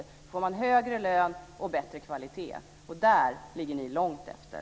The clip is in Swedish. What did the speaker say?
Då får man högre lön och bättre kvalitet. Där ligger ni långt efter.